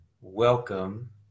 Welcome